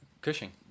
Cushing